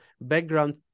background